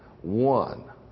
one